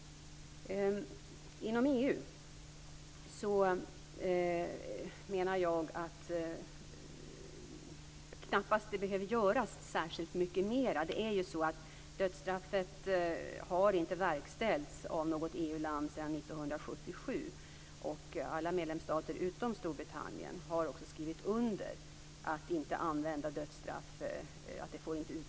Inom EU menar jag att det knappast behöver göras särskilt mycket mer. Dödsstraffet har inte verkställts av något EU-land sedan 1977, och alla medlemsstater utom Storbritannien har också skrivit under att de inte skall utdöma dödsstraff i fredstid.